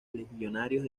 legionarios